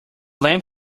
lamp